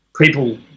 People